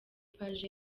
paji